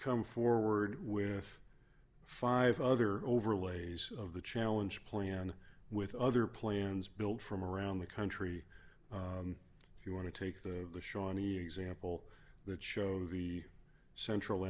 come forward with five other overlays of the challenge plan with other plans build from around the country if you want to take the shawnee example that show the central